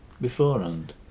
beforehand